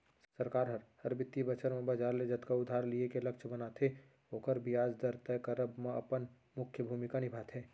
सरकार हर, हर बित्तीय बछर म बजार ले जतका उधार लिये के लक्छ बनाथे ओकर बियाज दर तय करब म अपन मुख्य भूमिका निभाथे